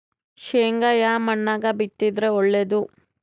ಶೇಂಗಾ ಯಾ ಮಣ್ಣಾಗ ಬಿತ್ತಿದರ ಒಳ್ಳೇದು?